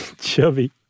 Chubby